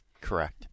correct